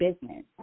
business